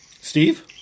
Steve